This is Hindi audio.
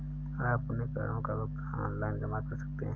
आप अपने करों का भुगतान ऑनलाइन जमा कर सकते हैं